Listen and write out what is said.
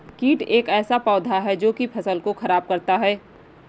कीट एक ऐसा पौधा है जो की फसल को खराब करता है